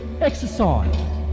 exercise